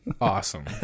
awesome